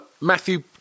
Matthew